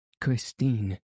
Christine